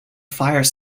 fire